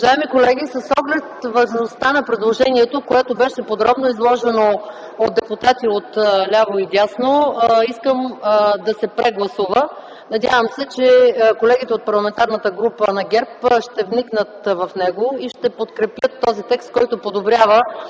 Уважаеми колеги! С оглед важността на предложението, което беше подробно изложено от депутати отляво и отдясно, искам да се прегласува. Надявам се колегите от Парламентарната група на ГЕРБ да вникнат в него и да подкрепят текста, който подобрява